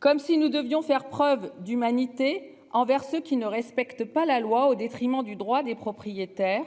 comme si nous devions faire preuve d'humanité envers ceux qui ne respectent pas la loi au détriment du droit des propriétaires.